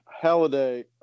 Halliday